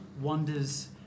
wonders